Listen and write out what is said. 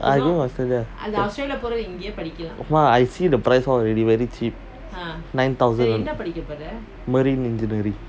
I going australia mah I see the price all already very cheap nine thousand marine engineering I will go I will I will go there study with matar